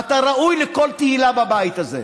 ואתה ראוי לכל תהילה בבית הזה.